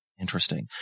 Interesting